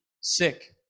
sick